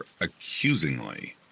accusingly